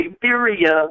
Siberia